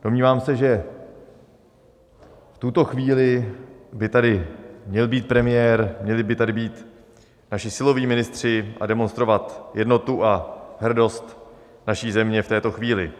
Domnívám se, že v tuto chvíli by tady měl být premiér, měli by tady být naši siloví ministři a demonstrovat jednotu a hrdost naší země v této chvíli.